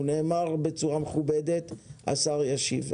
הוא נאמר בצורה מכובדת והשר ישיב.